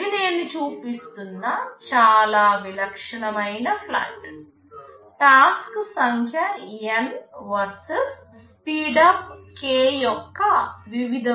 ఇది నేను చూపిస్తున్న చాలా విలక్షణమైన ఫ్లాట్ టాస్క్ సంఖ్య N వర్సెస్ స్పీడప్ k యొక్క వివిధ విలువలు